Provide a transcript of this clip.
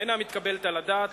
אינה מתקבלת על הדעת.